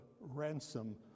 ransom